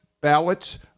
ballots